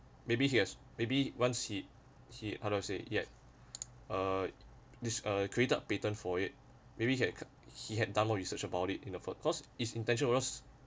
maybe he has maybe one he he how do I say yet uh this uh created patent for it maybe he had cut~ he had done more research about it in the forecast his intention was